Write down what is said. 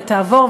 תעבור,